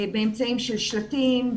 באמצעים של שלטים,